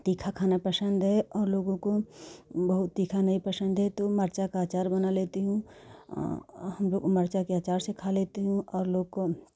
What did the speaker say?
तीखा खाना पसंद है और लोगों को बहुत तीखा नहीं पसंद है तो मिर्च का अचार बना लेती हूँ हम लोग मिर्चा के अचार से खा लेते हैं और लोगों को